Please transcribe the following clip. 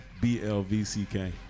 B-L-V-C-K